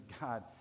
God